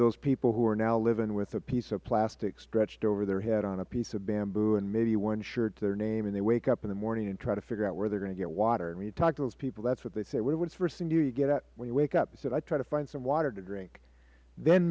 those people who are now living with a piece of plastic stretched over their head on a piece of bamboo and maybe one shirt to their name and they wake up in the morning and try to figure out where they are going to get water when you talk to those people that is what they say what is the first thing you do when you wake up they say i try to find some water to drink then